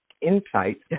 insight